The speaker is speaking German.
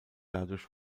dadurch